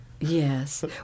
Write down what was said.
Yes